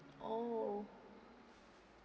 oh